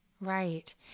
Right